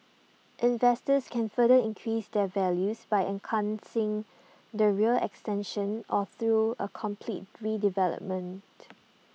investors can further increase their values by enhancing the rear extension or through A complete redevelopment